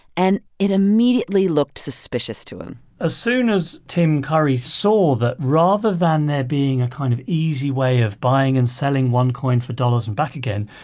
and it immediately looked suspicious to him as soon as tim curry saw that, rather than there being a kind of easy way of buying and selling onecoin for dollars and back again,